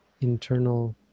internal